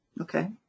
okay